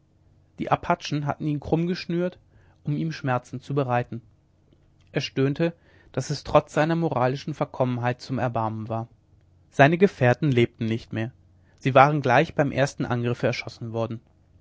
die apachen hatten ihn krumm geschnürt um ihm schmerzen zu bereiten er stöhnte daß es trotz seiner moralischen verkommenheit zum erbarmen war seine gefährten lebten nicht mehr sie waren gleich beim ersten angriffe erschossen worden